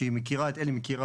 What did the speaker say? שהיא מכירה את אלי ואותי,